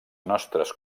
nostres